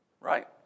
Right